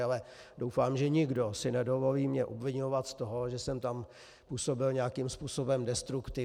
Ale doufám, že nikdo si nedovolí mě obviňovat z toho, že jsem tam působil nějakým způsobem destruktivně.